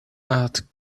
add